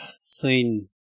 seen